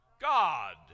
God